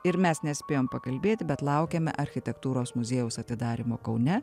ir mes nespėjom pakalbėti bet laukiame architektūros muziejaus atidarymo kaune